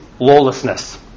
lawlessness